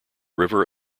river